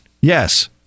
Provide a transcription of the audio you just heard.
Yes